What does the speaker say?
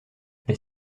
les